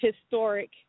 historic